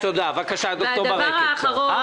והדבר האחרון,